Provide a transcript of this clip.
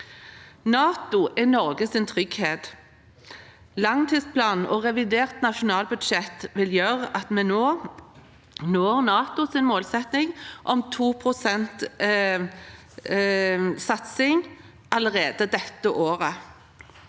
NATO er Norges trygghet. Langtidsplanen og revidert nasjonalbudsjett vil gjøre at vi når NATOs målsetting om en satsing på 2 pst.